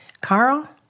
Carl